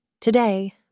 Today